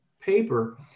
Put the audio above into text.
paper